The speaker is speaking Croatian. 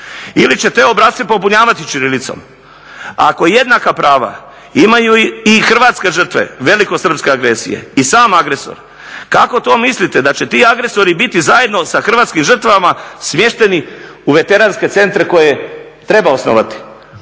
ili će te obrasce popunjavati ćirilicom. Ako jednaka prava imaju i hrvatske žrtve velikosrpske agresije i sam agresor kako to mislite da će ti agresori biti zajedno sa hrvatskim žrtvama smješteni u veteranske centre koje treba osnovati,